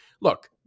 look